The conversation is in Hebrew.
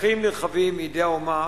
שטחים נרחבים, מידי האומה